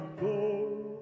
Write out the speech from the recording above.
go